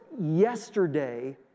yesterday